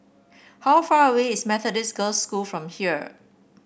how far away is Methodist Girls' School from here